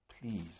Please